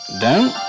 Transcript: down